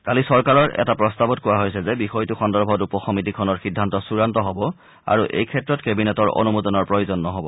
কালি চৰকাৰৰ এটা প্ৰস্তাৱত এই বুলি কোৱা হৈছে যে বিষয়টো সন্দৰ্ভত উপ সমিতিখনৰ সিদ্ধান্ত চূড়ান্ত হব আৰু এই ক্ষেত্ৰত কেবিনেটৰ অনুমোদনৰ প্ৰয়োজন নহব